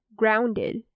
grounded